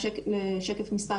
שקף מס'